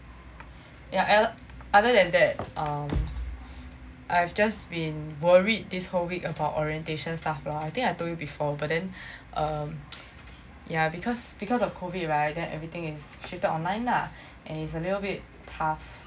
other than that um I've just been worried this whole week about orientation stuff lah I think I told you before but then um yeah because because of COVID right then everything is shifted online now and it's a little bit tough